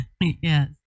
yes